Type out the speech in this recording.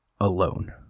alone